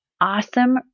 awesome